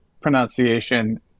pronunciation